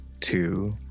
two